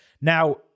Now